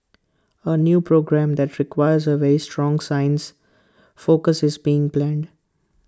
A new programme that requires A very strong science focus is being planned